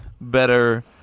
better